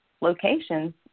locations